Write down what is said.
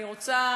אני רוצה